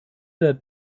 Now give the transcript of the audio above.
der